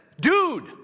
dude